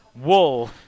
Wool